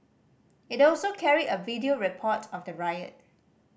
it also carried a video report of the riot